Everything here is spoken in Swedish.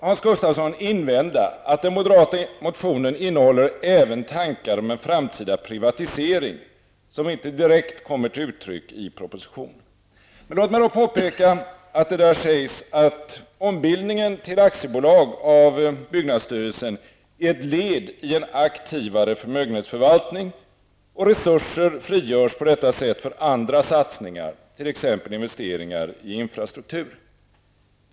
Hans Gustafsson kan invända att den moderata motionen innehåller även tankar om en framtida privatisering som inte direkt kommer till uttryck i propositionen. Låt mig då påpeka att det där sägs att ombildningen av byggnadsstyrelsen till aktiebolag är ett led i en aktivare förmögenhetsförvaltning och att resurser på det sättet frigörs för andra satsningar, t.ex. investeringar i infrastruktur.